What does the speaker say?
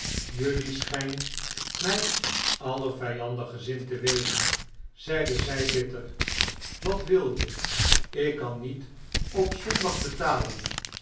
jelui schijnt mij alien vijandig gezind te wezen zeide zij bitter wat wil je ik kan niet op zondag betalen